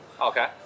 Okay